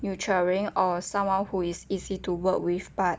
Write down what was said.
nurturing or someone who is easy to work with but